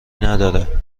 ندارد